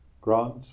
grant